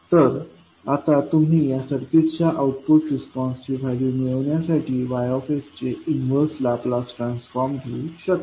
तर आता तुम्ही या सर्किटच्या आउटपुट रिस्पॉन्सची व्हॅल्यू मिळवण्यासाठी Y चे इन्वर्स लाप्लास ट्रान्सफॉर्म घेऊ शकता